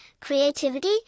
creativity